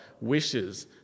wishes